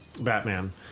Batman